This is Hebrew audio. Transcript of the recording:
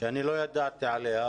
שאני לא ידעתי עליה,